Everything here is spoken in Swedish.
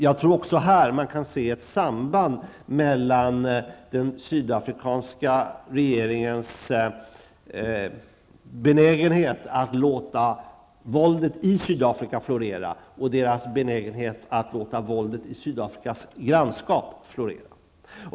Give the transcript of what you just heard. Jag tror också att man här kan se ett samband mellan den sydafrikanska regeringens benägenhet att låta våldet i Sydafrika florera och dess benägenhet att låta våldet i Sydafrikas grannskap florera.